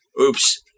Oops